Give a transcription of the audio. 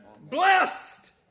Blessed